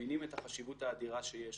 מבינים את החשיבות האדירה שיש